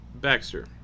Baxter